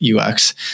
UX